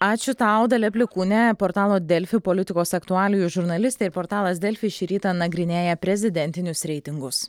ačiū tau dalia plikūnė portalo delfi politikos aktualijų žurnalistė ir portalas delfi šį rytą nagrinėja prezidentinius reitingus